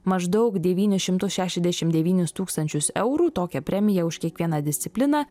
maždaug devynis šimtus šešiasdešimt devynis tūkstančius eurų tokią premiją už kiekvieną discipliną